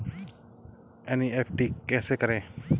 NEFT कैसे करें?